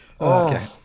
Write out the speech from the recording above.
Okay